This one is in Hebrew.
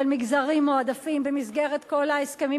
של מגזרים מועדפים במסגרת כל ההסכמים